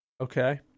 okay